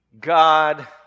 God